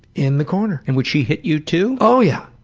in the corner. and would she hit you too? oh yeah.